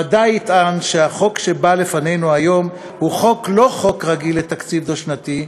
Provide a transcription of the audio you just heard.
הוא ודאי יטען שהחוק שבא לפנינו היום הוא לא חוק רגיל לתקציב דו-שנתי,